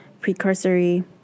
precursory